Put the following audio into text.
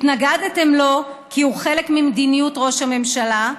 התנגדתם לו כי הוא חלק ממדיניות ראש הממשלה,